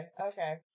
Okay